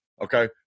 Okay